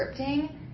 scripting